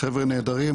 חבר'ה נהדרים,